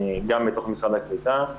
גם בתוך משרד הקליטה.